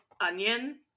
onion